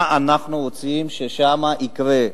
מה אנחנו רוצים שיקרה שם.